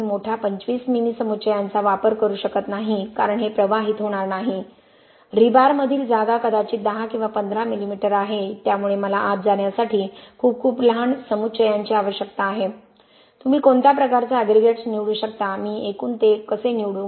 मी मोठ्या 25 मिमी समुच्चयांचा वापर करू शकत नाही कारण हे प्रवाहित होणार नाही रीबारमधील जागा कदाचित 10 किंवा 15 मिमी आहे त्यामुळे मला आत जाण्यासाठी खूप खूप लहान समुच्चयांची आवश्यकता आहे तुम्ही कोणत्या प्रकारचा एग्रीगेट्स निवडू शकता मी एकूण ते कुटुंब कसे निवडू